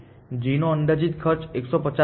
g નો અંદાજિત ખર્ચ 150 છે